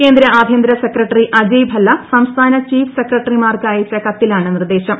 കേന്ദ്ര ആഭ്യന്തര സെക്രട്ടറി അജയ് ഭല്ല സംസ്ഥാന ചീഫ് സെക്രട്ടറിമാർക്ക് അ യച്ച കത്തിലാണ് നിർദേശം